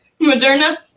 Moderna